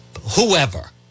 whoever